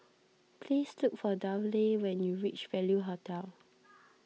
please look for Dudley when you reach Value Hotel